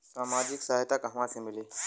सामाजिक सहायता कहवा से मिली?